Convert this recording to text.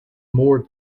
more